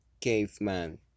Caveman